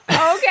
Okay